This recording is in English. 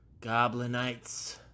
goblinites